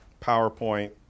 PowerPoint